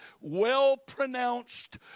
Well-pronounced